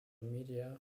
media